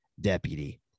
deputy